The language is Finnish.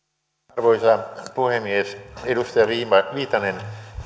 arvoisa puhemies edustaja viitanen